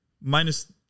minus